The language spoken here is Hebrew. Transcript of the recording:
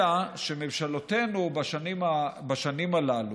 אלא שממשלותינו בשנים הללו,